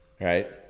Right